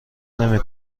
نمی